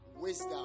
wisdom